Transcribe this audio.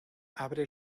abre